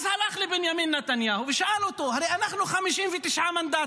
אז הוא הלך לבנימין נתניהו שאל אותו: הרי אנחנו 59 מנדטים,